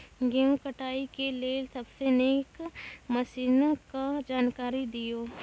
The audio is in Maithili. गेहूँ कटाई के लेल सबसे नीक मसीनऽक जानकारी दियो?